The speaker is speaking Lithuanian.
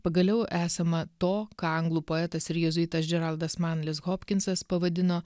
pagaliau esama to ką anglų poetas ir jėzuitas džeraldas manlis hopkinsas pavadino